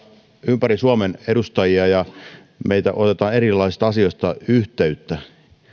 ympäri suomen edustajia ja meihin otetaan erilaisista asioista yhteyttä